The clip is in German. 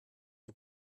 die